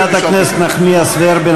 חברת הכנסת נחמיאס ורבין,